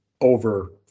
over